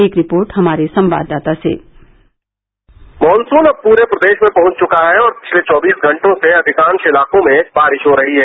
एक रिपोर्ट हमारे संवाददाता से मॉनसून अब पूरे प्रदेश में पहंच च्रका है और पिछले चौंबीस घंटों से अधिकांश इलाकों में बारिश हो रही है